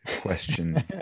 question